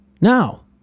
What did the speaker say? Now